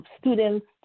students